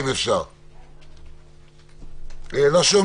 אני מבקש לדבר על שני